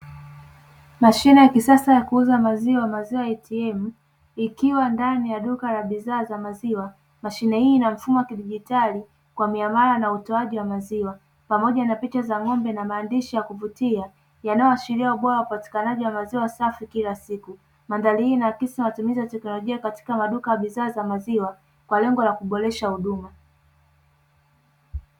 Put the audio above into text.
Mashine ya kisasa ya kuuza maziwa, maziwa ATM ikiwa ndani ya duka la bidhaa za maziwa, mashine hii ina mfumo wa kidigitali kwa miamala na utoaji wa maziwa, pamoja na picha za ng'ombe na maandishi ya kuvutia yanayoashiria ubora wa upatikanaji wa maziwa safi kila siku. Mandhari hii inaakisi matumizi ya teknolojia katika maduka ya bidhaa za maziwa kwa lengo la kuboresha huduma.